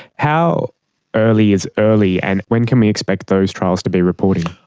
how early is early, and when can we expect those trials to be reporting?